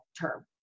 term